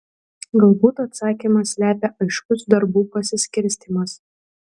galbūt atsakymą slepia aiškus darbų pasiskirstymas